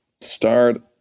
start